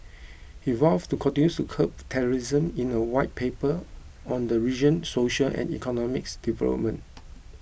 he vowed to continue to curb terrorism in a White Paper on the region's social and economic development